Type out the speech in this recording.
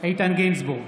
איתן גינזבורג,